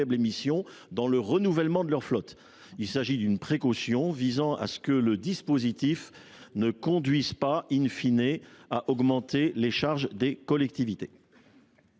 lors du renouvellement de leur flotte. Il s’agit d’une précaution tendant à ce que le dispositif ne conduise pas,, à augmenter les charges des collectivités.